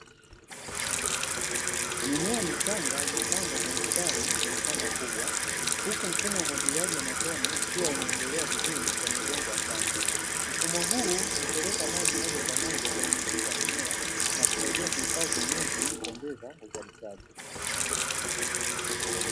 Mimea michanga imepandwa kwa mstari kwenye shamba kubwa, huku mfumo wa umwagiliaji wa matone ukiwa unaendelea vizuri kwenye udongo wa shamba. Mfumo huu hupeleka maji moja kwa moja kwenye mizizi ya mimea na kusaidia kuhifadhi unyevu ili kuongeza uzalishaji.